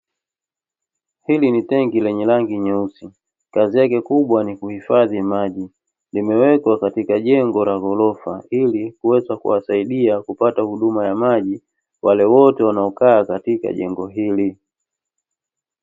Hili ni tenki lenye rangi nyeusi, kazi yake kubwa ni kuhifadhi maji. Limewekwa katika jengo la ghorofa ili kuweza kuwasaidia kupata huduma ya maji wale wote wanaokaa katika jengo hili.